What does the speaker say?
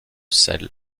sel